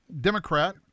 Democrat